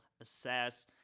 assess